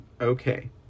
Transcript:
okay